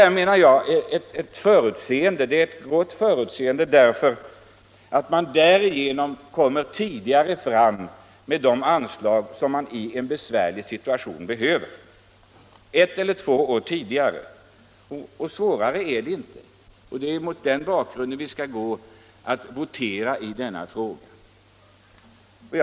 Vi har varit förutseende, menar jag, för på detta sätt kommer man snabbare fram — ett eller två år tidigare = med de anslag som behövs i en besvärlig situation. forskning Svårare är det inte, och det är mot den bakgrunden som kammaren skall gå att votera.